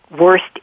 worst